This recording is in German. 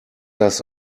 das